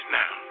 now